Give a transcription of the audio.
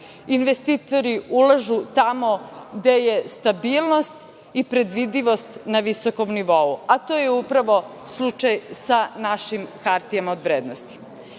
investitori ulažu tamo gde je stabilnost i predvidljivost na visokom nivou, a to je upravo slučaj sa našim hartijama od vrednosti. Kada